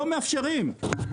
לא מאפשרים.